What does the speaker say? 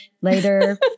later